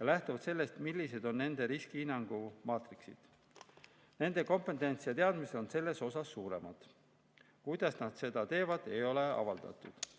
ja lähtutakse sellest, millised on nende riskihinnangu maatriksid. Nende kompetents ja teadmised on selles osas suuremad. Kuidas nad seda teevad, ei ole avaldatud.